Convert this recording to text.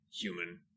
human